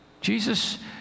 Jesus